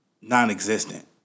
non-existent